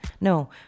No